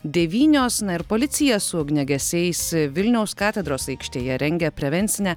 devynios na ir policija su ugniagesiais vilniaus katedros aikštėje rengia prevencinę